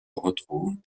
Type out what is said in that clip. retrouvent